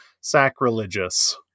sacrilegious